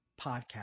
podcast